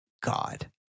God